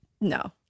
No